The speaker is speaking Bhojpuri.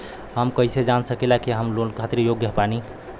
हम कईसे जान सकिला कि हम लोन खातिर योग्य बानी?